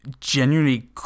genuinely